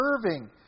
serving